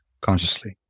consciously